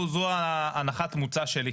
זו הנחת המוצא שלי.